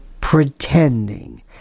pretending